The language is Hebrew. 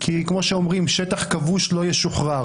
כי כמו שאומרים, שטח כבוש לא ישוחרר.